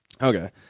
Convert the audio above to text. Okay